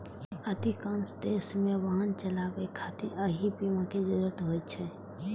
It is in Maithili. अधिकांश देश मे वाहन चलाबै खातिर एहि बीमा के जरूरत होइ छै